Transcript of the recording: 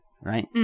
right